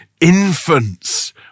infants